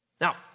Now